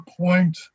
point